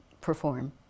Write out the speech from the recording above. perform